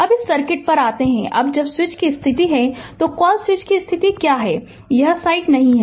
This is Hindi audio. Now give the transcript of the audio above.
अब इस सर्किट पर आते हैं अब जब स्विच की स्थिति है तो कॉल स्विच की स्थिति क्या है यह साइट नहीं है